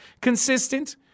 consistent